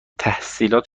تحصیلات